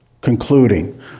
concluding